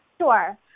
Sure